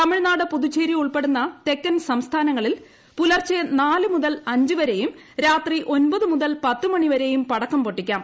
തമിഴ്നാട് പുതുച്ചേരി ഉൾപ്പെടുന്ന തെക്കൻ സംസ്ഥാനങ്ങളിൽ പുലർച്ചെ നാലുമുതൽ അഞ്ചൂപ്പർയും രാത്രി ഒൻപതു മുതൽ പത്ത് മണിവരെയും പ്പടക്കം പൊട്ടിക്കാം